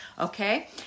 okay